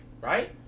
right